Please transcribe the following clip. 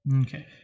Okay